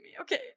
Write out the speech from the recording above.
Okay